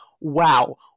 wow